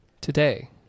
today